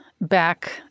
back